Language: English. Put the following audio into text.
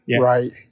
right